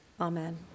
Amen